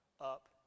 up